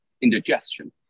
indigestion